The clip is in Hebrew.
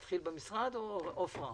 עפרה,